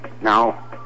Now